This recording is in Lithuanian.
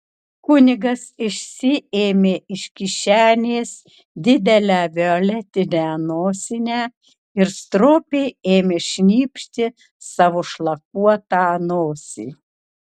kunigas išsiėmė iš kišenės didelę violetinę nosinę ir stropiai ėmė šnypšti savo šlakuotą nosį